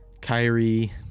Kyrie